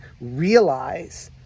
realize